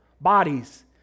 bodies